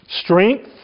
strength